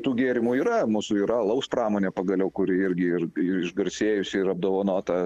tų gėrimų yra mūsų yra alaus pramonė pagaliau kuri irgi ir išgarsėjusi ir apdovanota